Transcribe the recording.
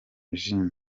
eugenie